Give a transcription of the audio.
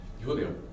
Julio